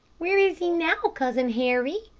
where is he now, cousin harry?